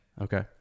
Okay